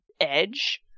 Edge